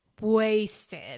wasted